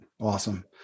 Awesome